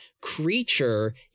Creature